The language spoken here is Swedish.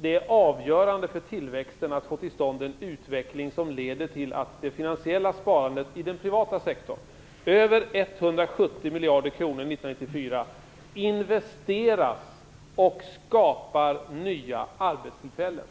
"Det är avgörande för tillväxten att få till stånd en utveckling som leder till att det finansiella sparandet i den privata sektorn - över 170 miljarder kronor år 1994 - investeras och skapar nya arbetstillfällen."